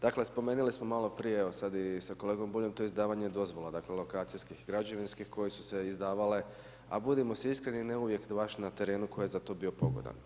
Dakle spomenuli smo malo prije, evo sada i sa kolegom Buljom, to je izdavanje dozvola, dakle lokacijskih i građevinskih koje su se izdavale a budimo si iskreni ne uvijek, baš na terenu koji je za to bio pogodan.